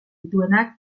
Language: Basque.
dituenak